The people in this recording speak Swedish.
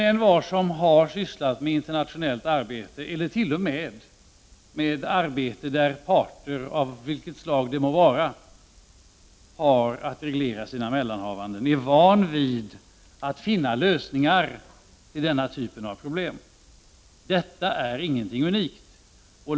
Envar som har sysslat med internationellt arbete, eller t.o.m. med arbete där parter av vilket slag det vara må har att reglera sina mellanhavanden, är van vid att finna lösningar på denna typ av problem. Detta är inget unikt.